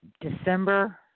December